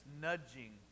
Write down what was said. nudging